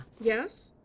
Yes